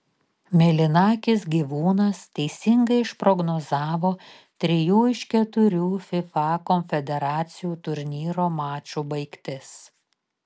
mėlynakis gyvūnas teisingai išprognozavo trijų iš keturių fifa konfederacijų turnyro mačų baigtis